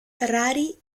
rari